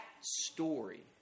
story